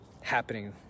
happening